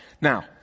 now